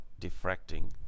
diffracting